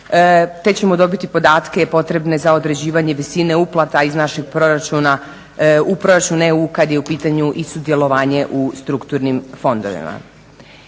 te ćemo dobiti podatke potrebne za određivanje visine uplata iz našeg proračuna u proračun EU kada je u pitanju i sudjelovanje u strukturnim fondovima.